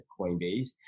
Coinbase